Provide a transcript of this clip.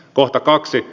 kohta kaksi